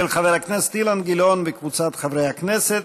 של חבר הכנסת אילן גילאון וקבוצת חברי הכנסת.